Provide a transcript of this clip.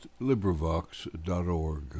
LibriVox.org